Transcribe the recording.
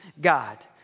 God